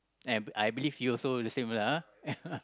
eh I believe he also the same lah